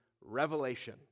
revelation